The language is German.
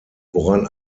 woran